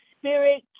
spirit